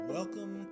Welcome